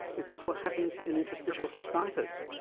is this what happens in interstitial cystitis?